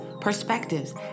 perspectives